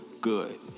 Good